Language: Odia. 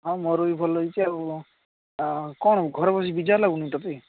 ହଁ ମୋର ବି ଭଲ ହେଇଛି ଆଉ ଆଁ କ'ଣ ଘରେ ବସି ବିଜାର ଲାଗୁନିକି ତୋତେ